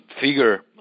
figure